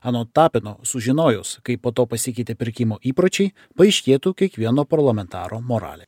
anot tapino sužinojus kaip po to pasikeitė pirkimo įpročiai paaiškėtų kiekvieno parlamentaro moralė